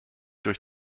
durch